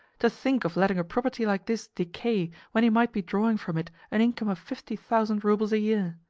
to think of letting a property like this decay when he might be drawing from it an income of fifty thousand roubles a year!